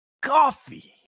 Coffee